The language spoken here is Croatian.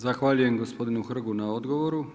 Zahvaljujem gospodinu Hrgu na odgovoru.